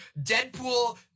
Deadpool